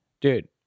Dude